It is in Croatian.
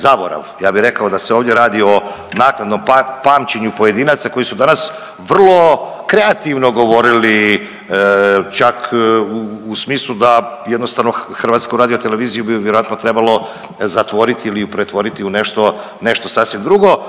ja bi rekao da se ovdje radi o naknadnom pamćenju pojedinaca koji su danas vrlo kreativno govorili, čak u smislu da jednostavno HRT bi vjerojatno trebalo zatvoriti ili ju pretvoriti u nešto, nešto sasvim drugo,